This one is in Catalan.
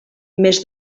més